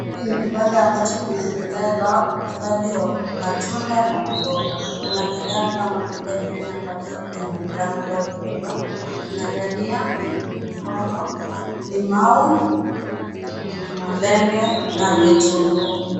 Hii ni kibanda ambacho kinaendeleza uuzaji wa matunda na maboga. Kuna bidhaa kama vile nyanya ambazo zinaonekana kuwa zimeiva. Kuna dania, pilipili hoho, limau, malenge na vitunguu.